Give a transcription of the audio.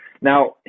Now